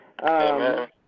Amen